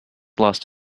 lost